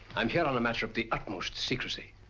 um here on a matter of the utmost secrecy.